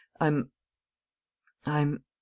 I'm—I'm—